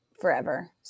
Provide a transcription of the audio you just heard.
forever